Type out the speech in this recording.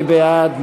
מי בעד?